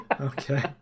Okay